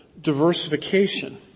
diversification